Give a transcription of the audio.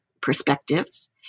perspectives